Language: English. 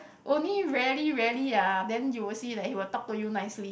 only rarely rarely ah then you will see that he will talk to you nicely